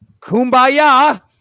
kumbaya